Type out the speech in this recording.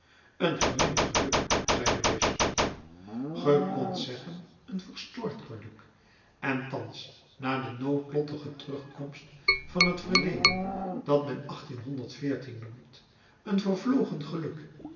een gemengd geluk zei de bisschop ge kondt zeggen een verstoord geluk en thans na de noodlottige terugkomst van het verleden dat men noemt een vervlogen geluk